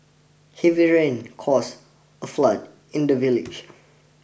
heavy rains caused a flood in the village